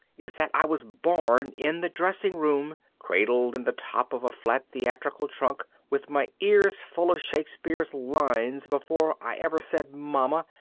is that i was born in the dressing room, cradled in the top of a flat theatrical trunk with my ears full of shakespeare's lines before i ever said mama,